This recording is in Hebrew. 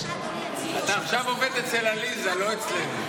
אתה עכשיו עובד אצל עליזה, לא אצלנו.